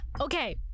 Okay